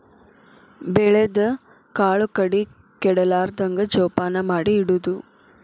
ಬೆಳದ ಕಾಳು ಕಡಿ ಕೆಡಲಾರ್ದಂಗ ಜೋಪಾನ ಮಾಡಿ ಇಡುದು